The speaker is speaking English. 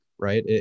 right